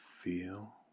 feel